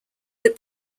that